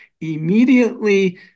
immediately